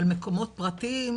אבל מקומות פרטיים,